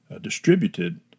distributed